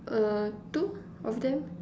uh two of them